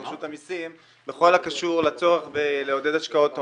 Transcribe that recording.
רשות המסים בכל הקשור לצורך בלעודד השקעות הון.